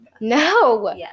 No